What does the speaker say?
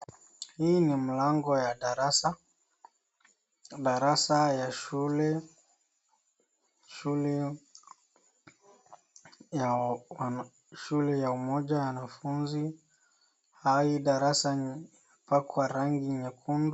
Hii ni mlango ya darasa. Darasa ya shule. Shule yo -- shule ya Umoja ya Wanafunzi. Hii darasa imepakwa rangi nyekundu.